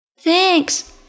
Thanks